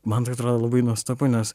man tai atrodo labai nuostabu nes